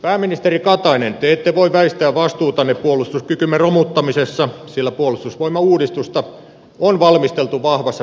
pääministeri katainen te ette voi väistää vastuutanne puolustuskykymme romuttamisessa sillä puolustusvoimauudistusta on valmisteltu vahvassa kokoomusohjauksessa